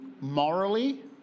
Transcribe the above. morally